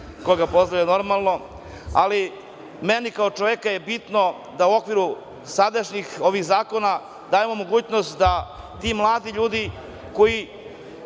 koga pozdravljam, ali meni kao čoveku je bitno da u okviru sadašnjih zakona dajemo mogućnost da ti mladi ljudi, koji